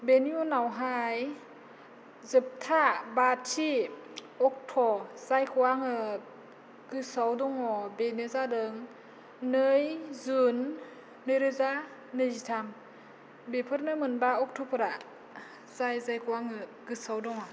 बेनि उनावहाय जोबथा बाथि अक्ट' जायखौ आङो गोसोआव दङ बेनो जादों नै जुन नैरोजा नैजिथाम बेफोरनो मोनबा अक्ट'फोरा जाय जायखौ आङो गोसोआव दङ